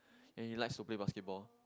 and he likes to play basketball